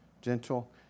gentle